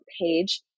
page